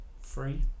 three